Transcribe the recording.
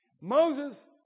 Moses